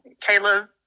Caleb